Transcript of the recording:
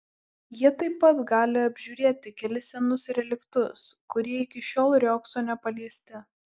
jie taip pat gali apžiūrėti kelis senus reliktus kurie iki šiol riogso nepaliesti